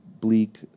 bleak